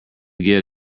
get